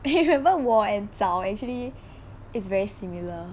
eh remember 我 and 早 actually is very similar